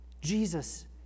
Jesus